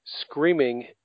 screaming